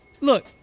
Look